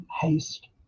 haste